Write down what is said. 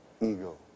Ego